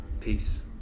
Peace